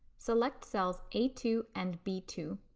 select cells a two and b two.